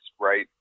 right